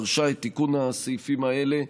ודרשה את תיקון הסעיפים האלה.